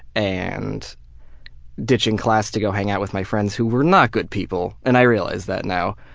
and ditching class to go hang out with my friends who were not good people, and i realize that now.